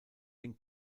den